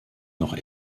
noch